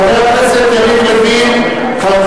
חבר הכנסת יריב לוין,